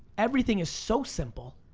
everything is so simple,